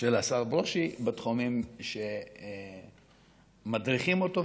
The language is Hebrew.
של חבר הכנסת ברושי בתחומים שמדריכים אותו,